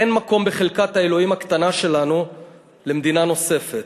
אין מקום בחלקת האלוהים הקטנה שלנו למדינה נוספת.